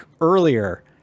earlier